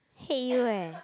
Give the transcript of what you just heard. hate you eh